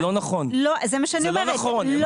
זה מה שאני אומרת.